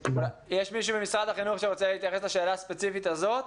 יש מישהו ממשרד החינוך שרוצה להתייחס לשאלה הספציפית הזו?